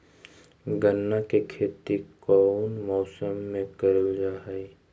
गन्ना के खेती कोउन मौसम मे करल जा हई?